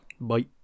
Bye